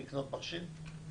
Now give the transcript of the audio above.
לקנות מכשיר.